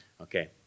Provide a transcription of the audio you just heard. Okay